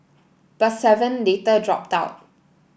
but seven later dropped out